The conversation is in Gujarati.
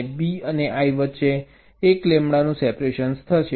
અને B અને I વચ્ચે 1 લેમ્બડાનું સેપરેશન થશે